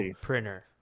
printer